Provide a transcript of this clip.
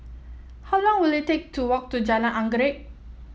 how long will it take to walk to Jalan Anggerek